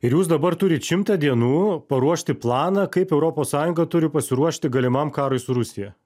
ir jūs dabar turit šimtą dienų paruošti planą kaip europos sąjunga turi pasiruošti galimam karui su rusija